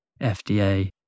fda